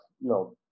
No